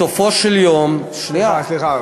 מִכבסה, נכון.